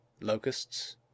Locusts